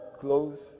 close